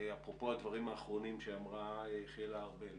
אפרופו הדברים שאמרה יחיאלה ארבל